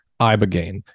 Ibogaine